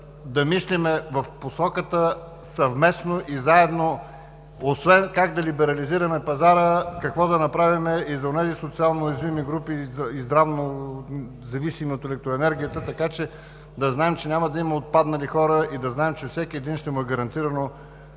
да мислим в посоката съвместно и заедно освен как да либерализираме пазара, какво да направим и за онези социално уязвими групи и здравно зависими от електроенергията, за да знаем, че няма да има отпаднали хора и че на всеки един ще е гарантирано